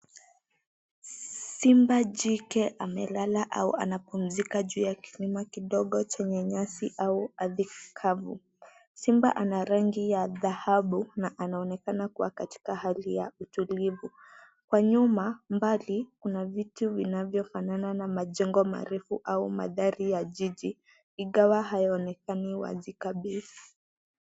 Simba jike amelala au anapumzika juu ya kilima kidogo chenye nyasi au ardhi kavu. Simba ana rangi ya dhahabu na anaonekana kuwa katika hali ya utulivu . Kwa nyuma mbali, kuna vitu vinavyofanana na majengo marefu au mandhari ya jiji, ingawa haionekani wazi kabisa.